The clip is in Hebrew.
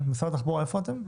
משרד התחבורה, איפה אתם?